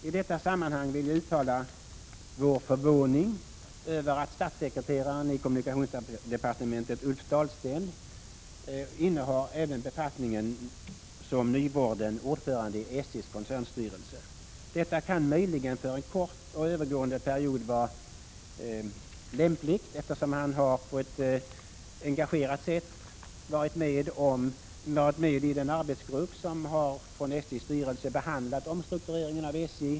I detta sammanhang vill jag uttala vår förvåning över att statssekreteraren i kommunikationsdepartementet Ulf Dahlsten även innehar befattningen som nyvald ordförande i SJ:s koncernstyrelse. Detta kan möjligen för en kort övergående period vara lämpligt, eftersom Ulf Dahlsten engagerat arbetat i den grupp som behandlat omstruktureringen av SJ.